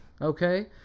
Okay